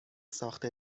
ساخت